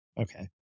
Okay